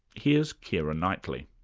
here's keira knightley.